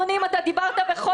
דיברת בכל הדיונים,